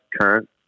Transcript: current